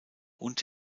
und